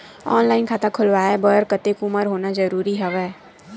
Online खाता खुलवाय बर कतेक उमर होना जरूरी हवय?